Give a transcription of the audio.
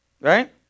Right